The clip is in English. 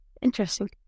Interesting